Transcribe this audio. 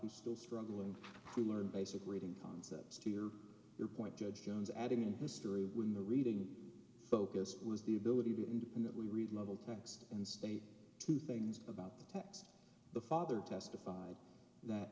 who still struggling to learn basic reading concepts to your point judge jones adding in history when the reading focus was the ability to independently read level text and state two things about the text the father testified